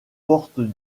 porte